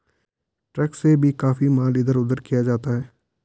truck से भी काफी माल इधर उधर किया जाता है